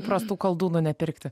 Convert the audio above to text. prastų koldūnų nepirkti